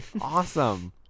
awesome